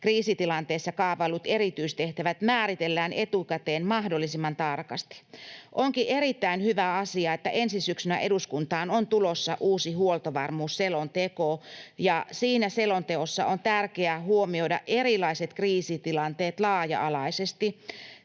kriisitilanteessa kaavaillut erityistehtävät määritellään etukäteen mahdollisimman tarkasti. Onkin erittäin hyvä asia, että ensi syksynä eduskuntaan on tulossa uusi huoltovarmuusselonteko, ja siinä selonteossa on tärkeää huomioida erilaiset kriisitilanteet laaja-alaisesti,